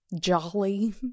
Jolly